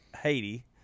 Haiti